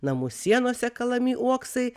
namų sienose kalami uoksai